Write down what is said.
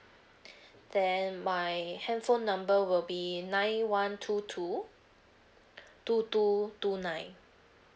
then my handphone number will be nine one two two two two two nine